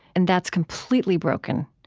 and that's completely broken.